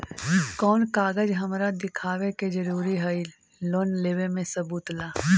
कौन कागज हमरा दिखावे के जरूरी हई लोन लेवे में सबूत ला?